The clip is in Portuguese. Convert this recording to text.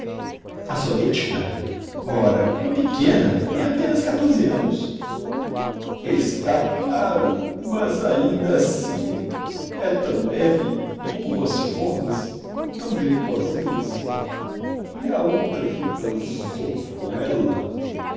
feita a sónitchka ora uma pequena tem apenas quatorze annos está claro mas ainda assim é tão leve e com umas formas tão geitozinhas e a outra que dan sou com ella